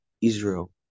Israel